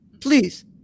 please